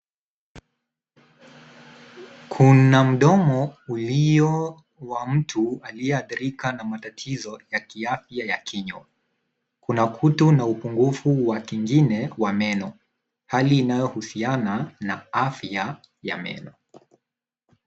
Kuna mdomo ulio wa mtu aliyeadhirika na matatizo ya kiaafya ya kinywa. Kuna kutu na upungufu wa kingine wa meno hali inayohusiana na afya ya meno.